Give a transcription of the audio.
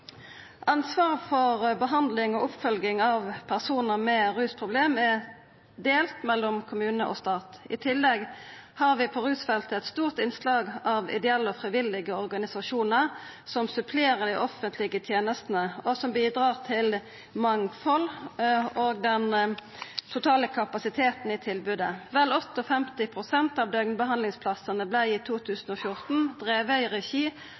Ansvaret for behandling og oppfølging av personar med rusproblem er delt mellom kommune og stat. I tillegg har vi på rusfeltet eit stort innslag av ideelle og frivillige organisasjonar som supplerer dei offentlege tenestene, og som bidrar til mangfald og den totale kapasiteten i tilbodet. Vel 58 pst. av døgnbehandlingsplassane vart i 2014 drivne i regi